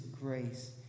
grace